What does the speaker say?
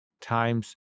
times